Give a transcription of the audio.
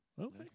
Okay